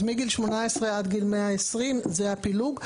אז מגיל 18 עד גיל 120 זה הפילוג.